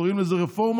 קוראים לזה רפורמה,